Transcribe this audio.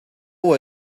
what